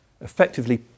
effectively